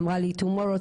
אמרו לי מחר,